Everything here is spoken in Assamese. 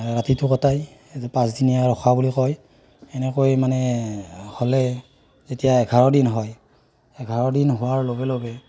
ৰাতিটো কটায় এইটো পাঁচদিনীয়া ৰখা বুলি কয় এনেকৈ মানে হ'লে এতিয়া এঘাৰদিন হয় এঘাৰদিন হোৱাৰ লগে লগে